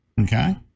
okay